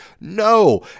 No